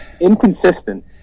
inconsistent